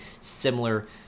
similar